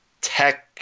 tech